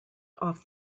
off